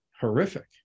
horrific